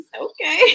okay